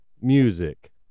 music